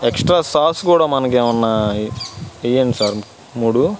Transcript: extra sauce కూడా మనకి ఏమన్నా వెయ్యండి సార్ మూడు